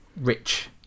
Rich